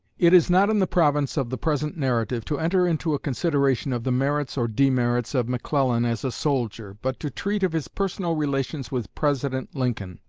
it is not in the province of the present narrative to enter into a consideration of the merits or demerits of mcclellan as a soldier, but to treat of his personal relations with president lincoln.